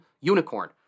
unicorn